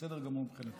זה בסדר גמור מבחינתי.